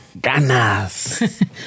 Ganas